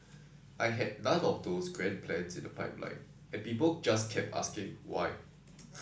I had none of those grand plans in the pipeline and people just kept asking why